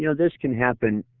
you know this can happen,